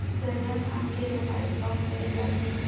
सरना धान के रोपाई कब करे जाथे?